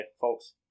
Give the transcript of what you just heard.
folks